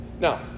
Now